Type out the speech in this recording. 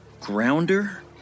grounder